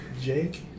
Jake